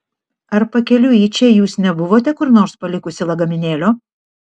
ar pakeliui į čia jūs nebuvote kur nors palikusi lagaminėlio